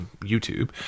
YouTube